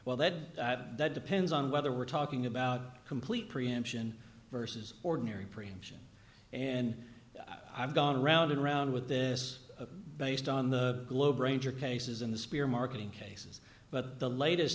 well that depends on whether we're talking about complete preemption versus ordinary preemption and i've gone round and round with this based on the globe ranger cases in the spear marketing cases but the latest